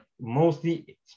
mostly